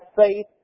faith